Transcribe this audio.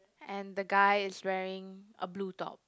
and the guy is wearing a blue top